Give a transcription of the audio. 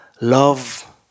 love